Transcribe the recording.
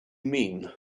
mean